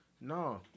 No